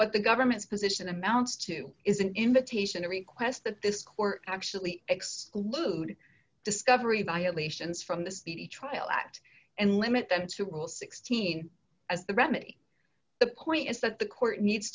what the government's position amounts to is an invitation to request that this court actually exclude discovery violations from the speedy trial act and limit them to rule sixteen as the remedy the point is that the court needs